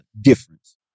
difference